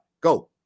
Go